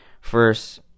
first